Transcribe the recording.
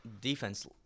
defense